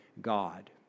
God